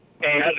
Hey